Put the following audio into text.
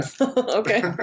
Okay